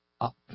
up